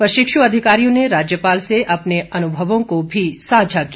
प्रशिक्षु अधिकारियों ने राज्यपाल से अपने अनुभवों को भी सांझा किया